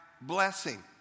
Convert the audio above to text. blessing